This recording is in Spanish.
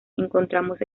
encontramos